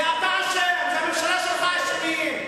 אתה אשם, הממשלה שלך אשמה.